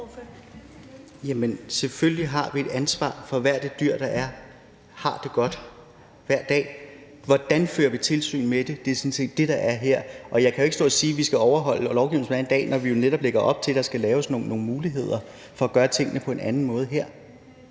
Selvfølgelig har vi et ansvar for, at hvert et dyr, der er, har det godt hver dag. Hvordan fører vi tilsyn med det? Det er sådan set det, der er her. Jeg kan jo ikke stå og sige, at vi skal overholde lovgivningen, som den er i dag, når vi netop lægger op til, at der skal være nogle muligheder for at gøre tingene på en anden måde.